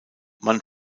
man